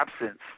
absence